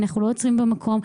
אנחנו לא עוצרים במקום.